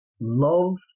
love